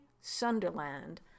Sunderland